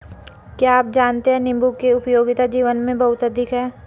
क्या आप जानते है नीबू की उपयोगिता जीवन में बहुत अधिक है